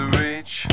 reach